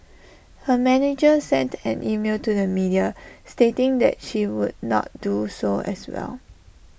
her manager sent an email to the media stating that she would not do so as well